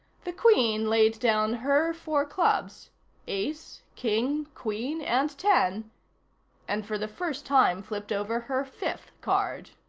the queen laid down her four clubs ace, king, queen and ten and for the first time flipped over her fifth card.